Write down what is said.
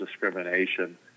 discrimination